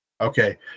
okay